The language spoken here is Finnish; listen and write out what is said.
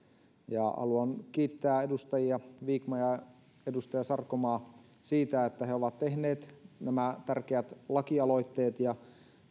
haluan kiittää edustajia vikman ja sarkomaa siitä että he ovat tehneet nämä tärkeät lakialoitteet ja